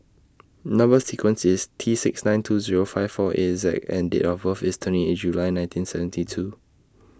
Number sequence IS T six nine two Zero five four eight Z and Date of birth IS twenty eight July nineteen seventy two